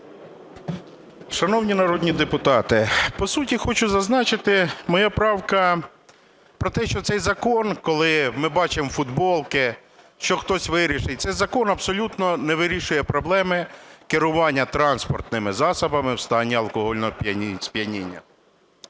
Шановні народні депутати, по суті хочу зазначати, моя правка про те, що цей закон, коли ми бачимо футболки, що хтось вирішить, цей закон абсолютно не вирішує проблеми керування транспортними засобами в стані алкогольного сп'яніння.